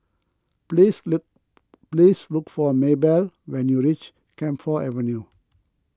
please look please look for a Maybelle when you reach Camphor Avenue